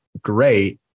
great